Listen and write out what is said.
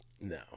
no